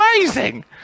amazing